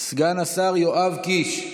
סגן השר יואב קיש,